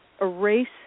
erase